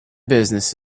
business